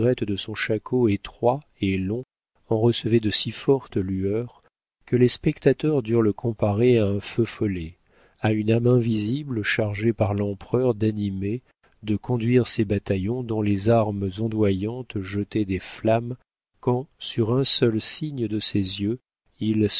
de son shako étroit et long en recevait de si fortes lueurs que les spectateurs durent le comparer à un feu follet à une âme invisible chargée par l'empereur d'animer de conduire ces bataillons dont les armes ondoyantes jetaient des flammes quand sur un seul signe de ses yeux ils